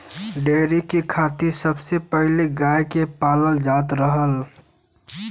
dairy के खातिर सबसे पहिले गाय के पालल जात रहल